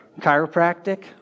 chiropractic